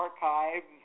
archives